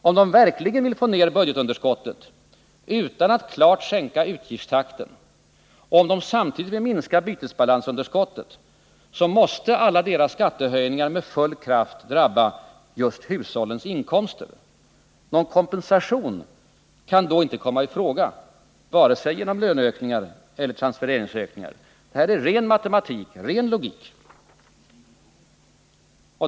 Om de verkligen vill få ner budgetunderskottet utan att klart sänka utgiftstakten och om de samtidigt vill minska bytesbalansunderskottet måste alla deras skattehöjningar med full kraft drabba just hushållens inkomster. Någon ”kompensation” kan då inte komma i fråga vare sig genom löneökningar eller genom transfereringsökningar. Detta är ren matematik, ren logik.